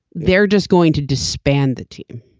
they're just going to disband the team.